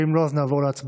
ואם לא אז נעבור להצבעה.